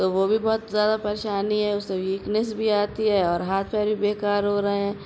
تو وہ بھی بہت زیادہ پریشانی ہے ویکنیس بھی آتی ہے اور ہاتھ پیر بھی بیکار ہو رہے ہیں